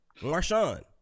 Marshawn